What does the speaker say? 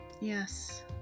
Yes